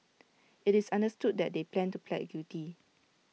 IT is understood that they plan to plead guilty